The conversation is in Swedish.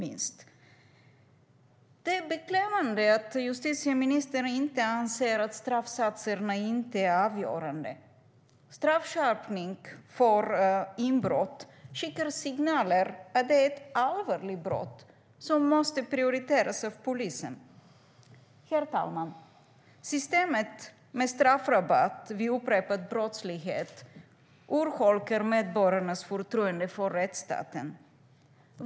Det är beklämmande att justitieministern anser att straffsatserna inte är avgörande. Straffskärpning för inbrott skickar signalen att det är ett allvarligt brott som måste prioriteras av polisen. Herr talman! Systemet med straffrabatt vid upprepad brottslighet urholkar medborgarnas förtroende för rättsstaten.